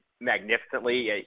magnificently